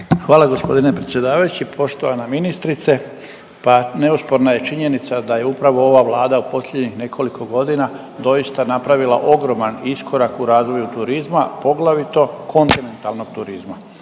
Hvala g. predsjedavajući. Poštovana ministrice, pa neosporna je činjenica da je upravo ova Vlada u posljednjih nekoliko godina doista napravila ogroman iskorak u razvoju turizma, poglavito kontinentalnog turizma.